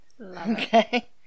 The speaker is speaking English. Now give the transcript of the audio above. Okay